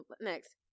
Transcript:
Next